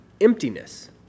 emptiness